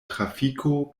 trafiko